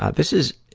ah this is,